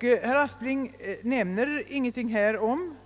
Herr Aspling nämner ingenting om detta.